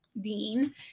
Dean